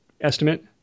estimate